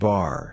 Bar